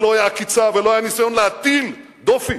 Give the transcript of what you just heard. ולא היתה עקיצה ולא היה ניסיון להטיל דופי